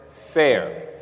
fair